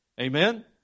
Amen